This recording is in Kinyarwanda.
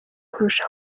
kurusha